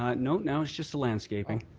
you know now it's just the landscaping.